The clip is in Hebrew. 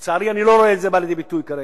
לצערי, אני לא רואה את זה בא לידי ביטוי כרגע.